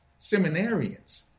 seminarians